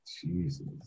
jesus